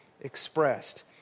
expressed